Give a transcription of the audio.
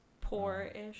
Poor-ish